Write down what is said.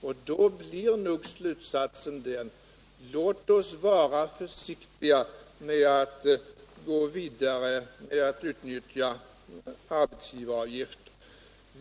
Och då blir nog en slutsats denna: Låt oss vara försiktiga med att gå vidare när det gäller att utnyttja arbetsgivaravgiften.